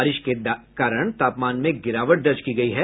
बारिश के कारण तापमान में गिरावट दर्ज की गयी है